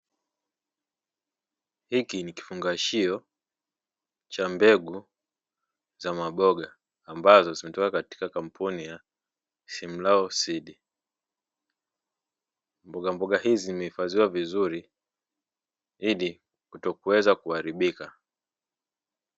Hiki ni kifungashio cha mbegu za maboga ambazo zimetoka katika kampuni ya "Simlaw Seeds". Mbogamboga hizi zimehifadhiwa vizuri ili kutokuweza kuharibika.